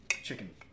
Chicken